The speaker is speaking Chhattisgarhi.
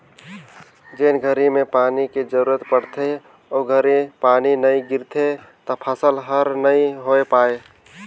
जेन घरी में पानी के जरूरत पड़थे ओ घरी पानी नई गिरथे त फसल हर नई होय पाए